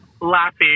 laughing